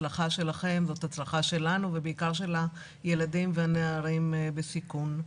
ההצלחה שלכם זאת הצלחה שלנו ובעיקר של הילדים והנערים בסיכון.